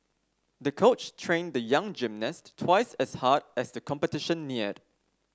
the coach trained the young gymnast twice as hard as the competition neared